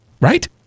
Right